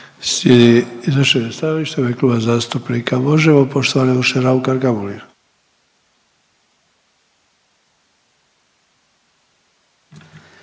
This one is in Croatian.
Hvala vam